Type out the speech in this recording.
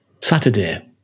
Saturday